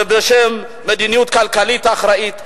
ובשם מדיניות כלכלית אחראית.